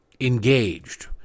engaged